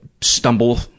stumble